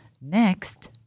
Next